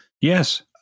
Yes